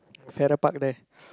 Farrer-Park there